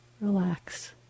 Relax